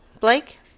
Blake